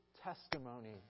testimony